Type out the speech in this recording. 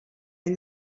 ell